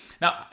Now